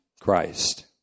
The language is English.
Christ